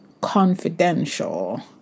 confidential